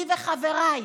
אני וחבריי,